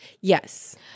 Yes